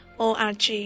o-r-g